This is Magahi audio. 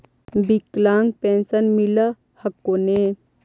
विकलांग पेन्शन मिल हको ने?